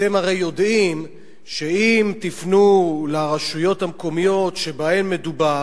אתם הרי יודעים שאם תפנו לרשויות המקומיות שבהן מדובר,